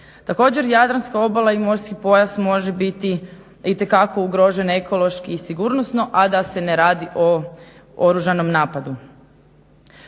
Također, Jadranska obala i morski pojas može biti itekako ugrožen ekološki i sigurnosno, a da se ne radi o oružanom napadu.